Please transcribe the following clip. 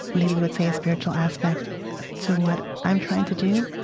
maybe you would say a spiritual aspect to what i'm trying to do,